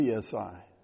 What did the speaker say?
PSI